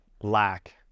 lack